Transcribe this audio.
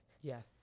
Yes